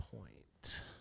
point